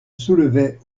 soulevait